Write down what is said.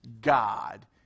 God